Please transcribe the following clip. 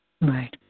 Right